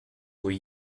were